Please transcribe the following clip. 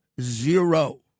Zero